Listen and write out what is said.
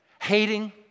hating